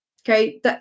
Okay